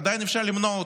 עדיין אפשר למנוע.